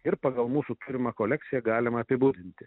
ir pagal mūsų turimą kolekciją galima apibūdinti